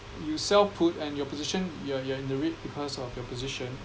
you self put and your position you're you're in the red because of your position